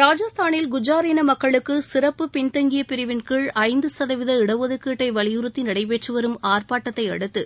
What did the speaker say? ராஜஸ்தானில் குஜ்ஜார் இன மக்களுக்கு சிறப்பு பின்தங்கிய பிரிவின் கீழ் ஐந்து சதவித இடஒதுக்கீட்டை வலியுறத்தி நடைபெற்றுவரும் ஆர்பாட்டத்தை அடுத்து